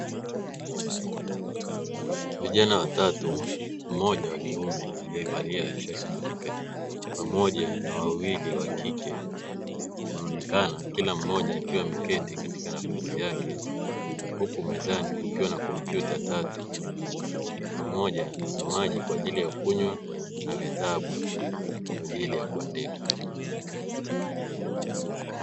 Vijana watatu, mmoja wa kiume alievalia shati jeupe pamoja na wawili wa kike wanaonekana kila mmoja akiwa ameketi katika nafasi yake huku mezani kukiwa na kompyuta tatu pamoja na maji kwa ajili ya kunywa na vitabu kwa ajili ya kuandika.